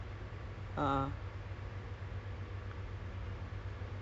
how how to solve this issue and then takes like few hours to solve it